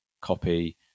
copy